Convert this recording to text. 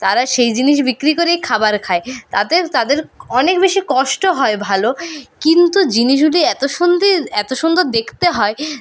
তারা সেই জিনিস বিক্রি করেই খাবার খায় তাদের তাদের অনেক বেশি কষ্ট হয় ভালো কিন্তু জিনিসগুলি এতো সুন্দর সুন্দর দেখতে হয়